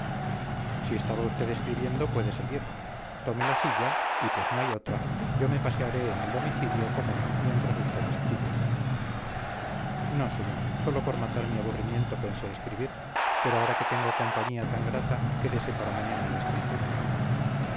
si estaba usted escribiendo puede seguir tome la silla y pues no hay otra yo me pasearé en el domicilio común mientras usted escribe no señor sólo por matar mi aburrimiento pensé escribir pero ahora que tengo compañía tan grata quédese para mañana la escritura